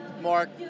Mark